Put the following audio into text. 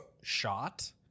Shot